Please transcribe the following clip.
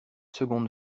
seconde